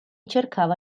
cercava